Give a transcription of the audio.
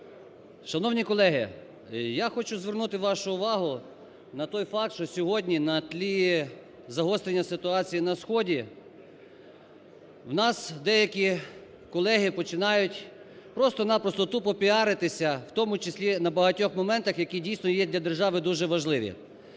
Шановні колеги, я хочу звернути вашу увагу на той факт, що сьогодні на тлі загострення ситуації на сході в нас деякі колеги починають просто-на-просто тупо піаритися, в тому числі на багатьох моментах, які дійсно є для держави дуже важливі.